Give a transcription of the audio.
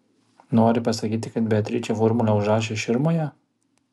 nori pasakyti kad beatričė formulę užrašė širmoje